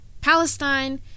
Palestine